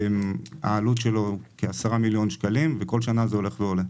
העלות שלו כ-10 מיליון שקלים וכל שנה זה הולך ועולה.